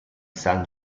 san